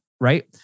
right